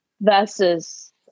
versus